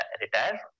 retire